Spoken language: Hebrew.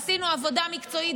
עשינו עבודה מקצועית,